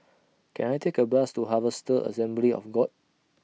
Can I Take A Bus to Harvester Assembly of God